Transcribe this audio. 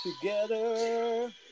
together